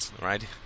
right